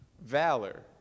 valor